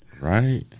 Right